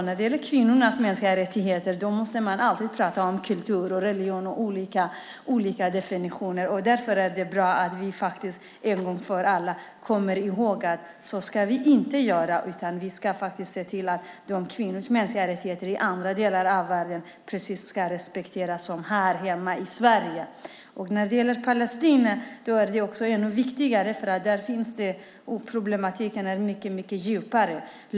När det gäller kvinnornas mänskliga rättigheter måste man alltid tala om kultur, religion och olika definitioner. Därför är det bra om vi en gång för alla kommer ihåg att vi inte ska göra så. Vi ska se till att kvinnors mänskliga rättigheter i andra delar av världen ska respekteras precis som här hemma i Sverige. Det är också ännu viktigare när det gäller Palestina därför att problematiken där är mycket djupare.